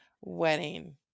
wedding